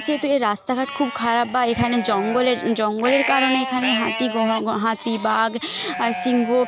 সেহেতু এর রাস্তাঘাট খুব খারাপ বা এখানে জঙ্গলের জঙ্গলের কারণে এখানে হাতি হাতি বাঘ আর সিংহ